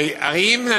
הרי אם,